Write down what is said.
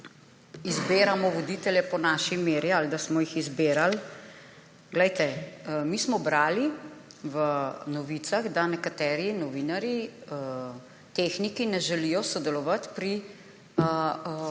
izbiramo voditelje po naši meri ali da smo jih izbirali. Glejte, mi smo brali v Novicah, da nekateri novinarji, tehniki ne želijo sodelovati pri